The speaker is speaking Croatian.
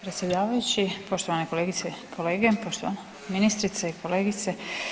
Predsjedavajući, poštovane kolegice i kolege, poštovana ministrice i kolegice.